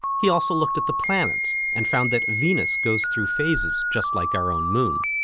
he also looked at the planets and found that venus goes through phases, just like our own moon.